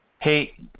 Hey